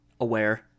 aware